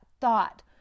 thought